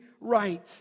right